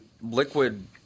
liquid